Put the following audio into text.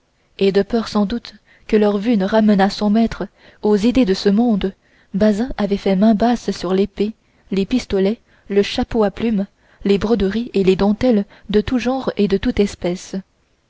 et de peur sans doute que leur vue ne ramenât son maître aux idées de ce monde bazin avait fait main basse sur l'épée les pistolets le chapeau à plume les broderies et les dentelles de tout genre et de toute espèce